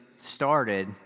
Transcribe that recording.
started